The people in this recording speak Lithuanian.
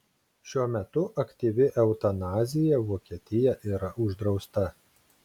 šiuo metu aktyvi eutanazija vokietija yra uždrausta